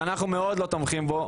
שאנחנו מאוד לא תומכים בו,